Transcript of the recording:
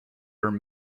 are